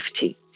safety